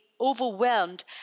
overwhelmed